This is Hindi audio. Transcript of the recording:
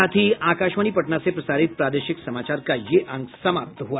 इसके साथ ही आकाशवाणी पटना से प्रसारित प्रादेशिक समाचार का ये अंक समाप्त हुआ